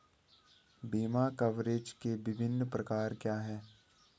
बीमा कवरेज के विभिन्न प्रकार क्या हैं?